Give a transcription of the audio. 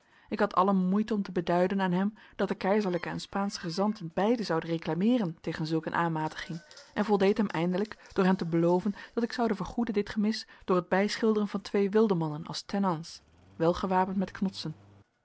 ik had alle moeite om te beduiden aan hem dat de keizerlijke en spaansche gezanten beiden zouden reclameeren tegen zulk een aanmatiging en voldeed hem eindelijk door hem te beloven dat ik zoude vergoeden dit gemis door het bijschilderen van twee wildemannen als tenants welgewapend met knotsen